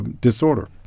disorder